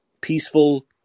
peaceful